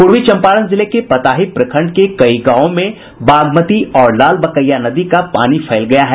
पूर्वी चंपारण जिले के पताही प्रखंड के कई गांवों में बागमती और लालबकैया नदी का पानी फैल गया है